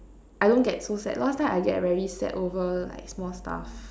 I don't get so sad last time I get very sad over like small stuff